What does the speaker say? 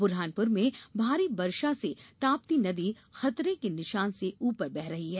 बुरहानपुर में भारी वर्षा से ताप्ती नदी खतरे के निशान से ऊपर बह रही है